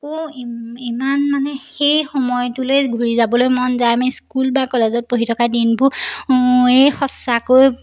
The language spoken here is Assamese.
আকৌ ইমান মানে সেই সময়টোলৈ ঘূৰি যাবলৈ মন যায় আমি স্কুল বা কলেজত পঢ়ি থকা দিনবোৰ এই সঁচাকৈ